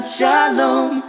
Shalom